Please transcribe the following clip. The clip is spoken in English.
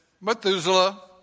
Methuselah